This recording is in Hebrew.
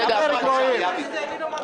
זה היה כדי למנוע שתגנבו את הבחירות.